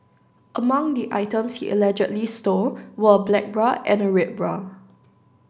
among the items he allegedly stole were a black bra and a red bra